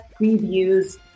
previews